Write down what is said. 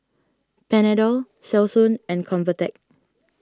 Panadol Selsun and Convatec